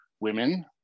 women